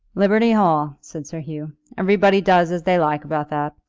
liberty hall, said sir hugh everybody does as they like about that.